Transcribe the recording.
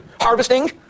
harvesting